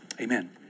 Amen